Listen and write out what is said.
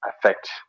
affect